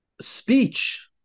speech